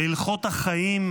להלכות החיים,